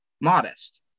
modest